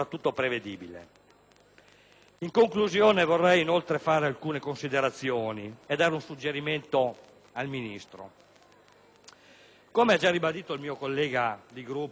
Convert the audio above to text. In conclusione, vorrei inoltre muovere alcune considerazioni e dare un suggerimento al Ministro: come ha già ribadito il mio collega di Gruppo,